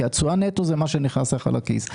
כי התשואה נטו זה מה שנכנס לך לכיס,